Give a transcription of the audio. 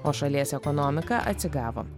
o šalies ekonomika atsigavo